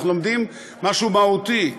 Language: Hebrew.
אנחנו לומדים משהו מהותי.